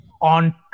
on